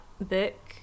book